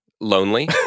Lonely